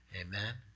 Amen